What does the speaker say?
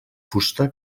fusta